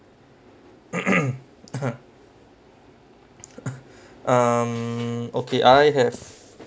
um okay I have